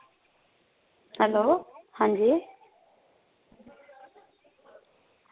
hello आं जी